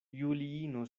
juliino